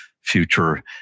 future